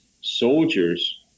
soldiers